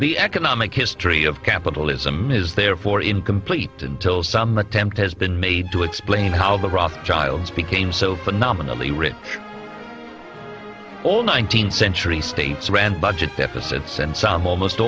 the economic history of capitalism is therefore incomplete until some attempt has been made to explain how the rothschilds became so phenomenally rich all nineteenth century states ran budget deficits and some almost